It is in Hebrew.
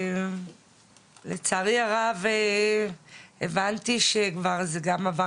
ולצערי הרב הבנתי שזה כבר עבר